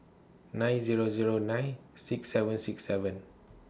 nine Zero Zero nine six seven six seven